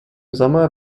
sommer